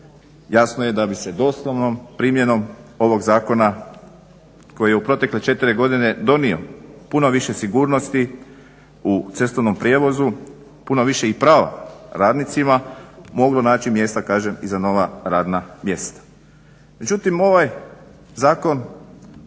jasno je da bi se doslovnom primjenom ovoga zakona koji je u protekle 4 godine donio puno više sigurnosti u cestovnom prijevozu, puno više i prava radnicima, moglo naći mjesta kažem i za nova radna mjesta. Međutim, ovaj Zakon